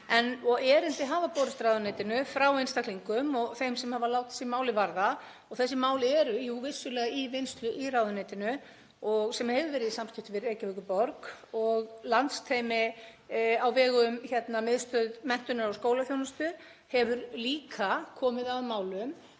Erindi hafa borist ráðuneytinu frá einstaklingum og þeim sem hafa látið sig málið varða og þessi mál eru jú vissulega í vinnslu í ráðuneytinu sem hefur verið í samskiptum við Reykjavíkurborg og landsteymi á vegum Miðstöðvar menntunar og skólaþjónustu hefur líka komið að málum